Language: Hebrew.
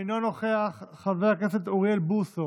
אינו נוכח, חבר הכנסת אוריאל בוסו,